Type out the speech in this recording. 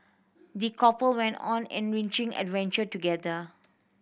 the couple went on an enriching adventure together